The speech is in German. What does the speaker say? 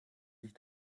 sich